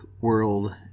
world